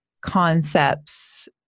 concepts